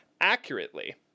accurately